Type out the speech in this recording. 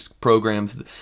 programs